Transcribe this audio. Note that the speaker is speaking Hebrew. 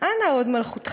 / אנא, הוד מלכותך,